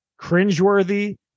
cringeworthy